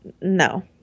no